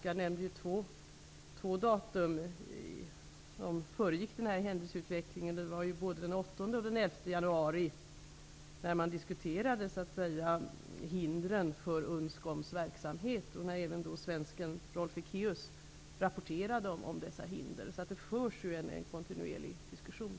Jag nämnde två datum som föregick denna händelseutveckling, den 8 och den 11 januari, då man diskuterade hindren för UNSCOM:s verksamhet, då även svensken Rolf Ekéus rapporterade om dessa hinder. Det förs alltså en kontinuerlig diskussion.